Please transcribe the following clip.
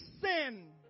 sin